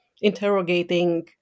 interrogating